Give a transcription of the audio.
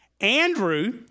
Andrew